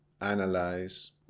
analyze